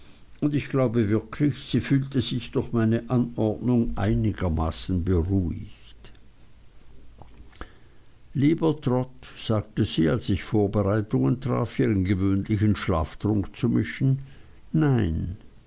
und ich glaube wirklich sie fühlte sich durch meine anordnung einigermaßen beruhigt lieber trot sagte sie als ich vorbereitungen traf ihren gewöhnlichen schlaftrunk zu mischen nein